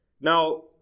Now